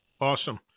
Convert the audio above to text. Awesome